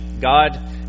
God